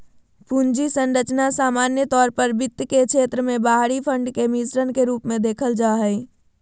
पूंजी संरचना सामान्य तौर पर वित्त के क्षेत्र मे बाहरी फंड के मिश्रण के रूप मे देखल जा हय